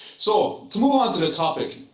so to move on to the topic,